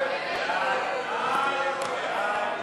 ההסתייגויות